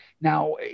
Now